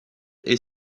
est